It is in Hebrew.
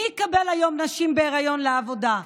מי יקבל היום נשים בהיריון לעבודה?